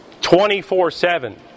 24-7